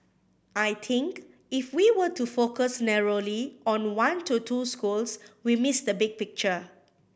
I think if we were to focus narrowly on one to two schools we miss the big picture